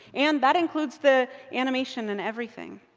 and that includes the animation and everything.